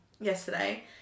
yesterday